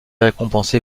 récompensée